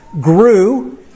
grew